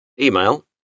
Email